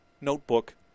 notebook